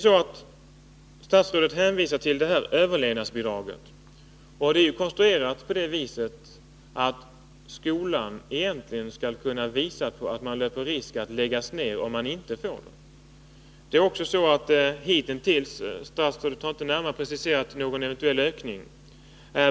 Statsrådet hänvisar till överlevnadsbidraget. Det är konstruerat på det viset att skolan egentligen skall kunna visa att den löper risk att läggas ned om deninte får bidraget. Bidraget är också begränsat till en summa som har varit oförändrad under de två senaste åren, och statsrådet har inte närmare preciserat någon eventuell ökning.